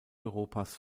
europas